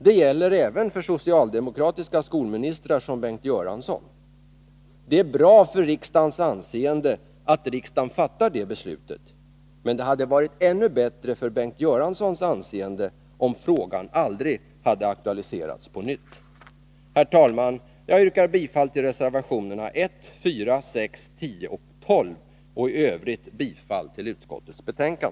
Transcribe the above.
Det gäller även för socialdemokratiska skolministrar som Bengt Göransson. Det är bra för riksdagens anseende att riksdagen fattar det beslutet, men det hade varit ännu bättre för Bengt Göranssons anseende om frågan aldrig hade aktualiserats på nytt! Herr talman! Jag yrkar bifall till reservationerna 1, 4, 6, 10 och 12 och i övrigt bifall till utskottets hemställan.